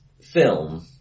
film